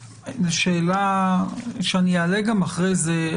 שאלה שאני אעלה גם אחרי זה.